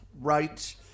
right